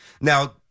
Now